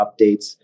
updates